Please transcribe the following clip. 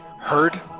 heard